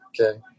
Okay